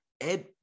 ed